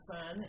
fun